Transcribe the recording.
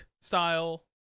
style